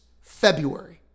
February